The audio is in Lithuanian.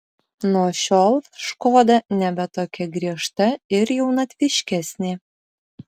nuo šiol škoda nebe tokia griežta ir jaunatviškesnė